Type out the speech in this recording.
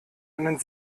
einen